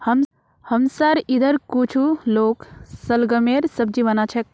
हमसार इधर कुछू लोग शलगमेर सब्जी बना छेक